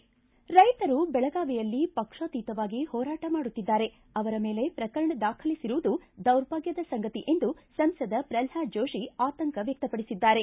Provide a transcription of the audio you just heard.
ರೈತರು ಬೆಳಗಾವಿಯಲ್ಲಿ ಪಕ್ಷಾತೀತವಾಗಿ ಹೋರಾಟ ಮಾಡುತ್ತಿದ್ದಾರೆ ಅವರ ಮೇಲೆ ಪ್ರಕರಣ ದಾಖಲಿಸಿರುವುದು ದೌರ್ಭಾಗ್ಯದ ಸಂಗತಿ ಎಂದು ಸಂಸದ ಪ್ರಹ್ಲಾದ್ ಜೋಶಿ ಆತಂಕ ವ್ಯಕ್ತಪಡಿಸಿದ್ದಾರೆ